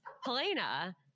Helena